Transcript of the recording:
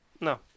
no